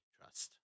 trust